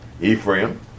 Ephraim